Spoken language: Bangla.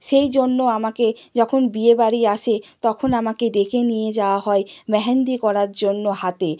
সেই জন্য আমাকে যখন বিয়ে বাড়ি আসে তখন আমাকে ডেকে নিয়ে যাওয়া হয় মেহেন্দি করার জন্য হাতে